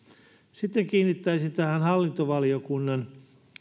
sitten kiinnittäisin huomiota tähän hallintovaliokunnan